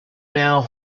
now